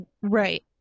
Right